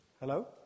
Hello